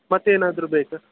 ಮತ್ತೇನಾದರೂ ಬೇಕಾ